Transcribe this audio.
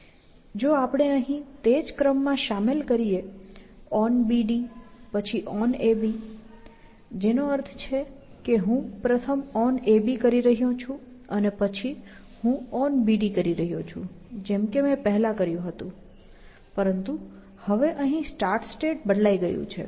જો આપણે અહીં તે જ ક્રમમાં શામેલ કરીએ onBD પછી onAB જેનો અર્થ છે કે હું પ્રથમ onAB કરી રહ્યો છું અને પછી હું onBD કરી રહ્યો છું જેમ કે મેં પેહલા કર્યું હતું પરંતુ હવે અહીં સ્ટાર્ટ સ્ટેટ બદલાઈ ગયું છે